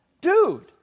dude